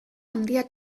handia